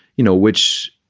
you know, which,